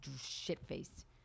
shit-faced